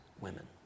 women